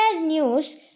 news